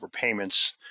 overpayments